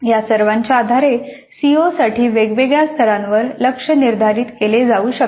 या सर्वांच्या आधारे सीओसाठी वेगवेगळ्या स्तरांवर लक्ष्य निर्धारित केले जाऊ शकते